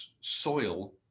soil